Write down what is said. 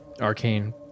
arcane